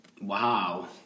Wow